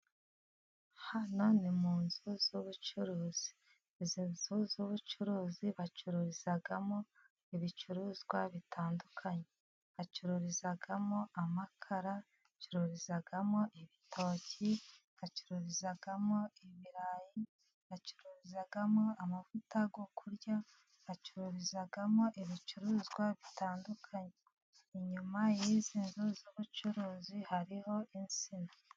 Hano ni mu nzu z'ubucuruzi, izi nzu z'ubucuruzi bacururizamo ibicuruzwa bitandukanye, bacururizamo amakara, bacururizamo ibitoki, bacururizamo ibirayi, bacururizamo amavuta yo kurya, bacururizamo ibicuruzwa bitandukanye, inyuma y'izi nzu z'ubucuruzi hariho insina.